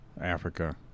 Africa